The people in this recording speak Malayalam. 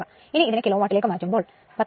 ഇനി ഇതിനെ കിലോവാട്ടിലേക്ക് മാറ്റുമ്പോൾ 19